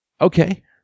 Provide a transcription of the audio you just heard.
Okay